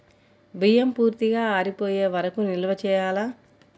బియ్యం పూర్తిగా ఆరిపోయే వరకు నిల్వ చేయాలా?